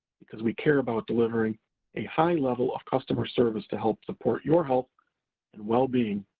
because we care about delivering a high level of customer service to help support your health and wellbeing,